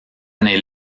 année